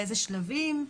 באיזה שלבים,